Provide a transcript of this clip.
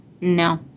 No